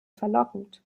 verlockend